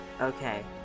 Okay